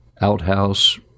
outhouse